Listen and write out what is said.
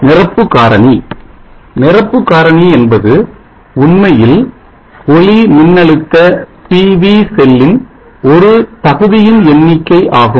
நிரப்பு காரணி நிரப்பு காரணி என்பது உண்மையில் ஒளிமின்னழுத்த செல்லின் ஒரு தகுதியின் எண்ணிக்கை ஆகும்